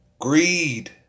Greed